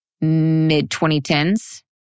mid-2010s